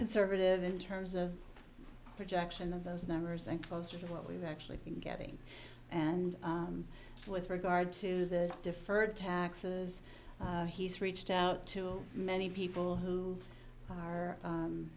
conservative in terms of projection of those numbers and closer to what we've actually been getting and with regard to the deferred taxes he's reached out to many people who are